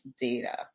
data